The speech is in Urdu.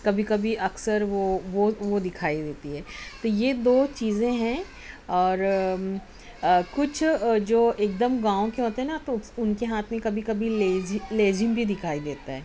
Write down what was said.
کبھی کبھی اکثروہ وہ وہ دکھائی دیتی ہے تو یہ دو چیزیں ہیں اور کچھ جو ایک دم گاؤں کے ہوتے ہیں نا تو اُس اُن کے ہاتھ میں کبھی کبھی بھی دِکھائی دیتا ہے